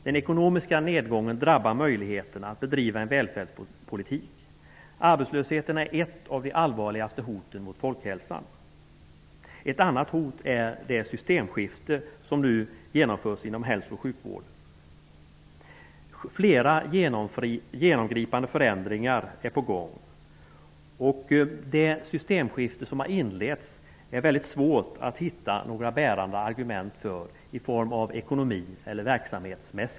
Den nedgången drabbar möjligheterna att bedriva en välfärdspolitik. Arbetslösheten är ett av de allvarligaste hoten mot folkhälsan. Ett annat hot är det systemskifte som nu genomförs inom hälso och sjukvården. Flera genomgripande förändringar är på gång. Det är svårt att finna några bärande ekonomiska eller verksamhetsmässiga argument för det systemskifte som inletts.